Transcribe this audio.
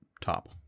top